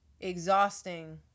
exhausting